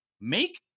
make